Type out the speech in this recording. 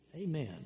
Amen